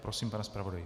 Prosím, pane zpravodaji.